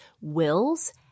wills